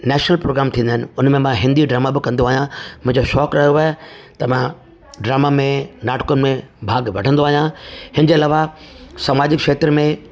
national programme थींदा आहिनि उनमें बि मां हिंदी ड्रामा बि कंदो आहियां मुंहिंजो शौक़ु रहियो आहे त मां ड्रामा में नाटकुनि में भाग वठंदो आहियां हिन जे अलावा समाजिक खेत्र में